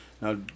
now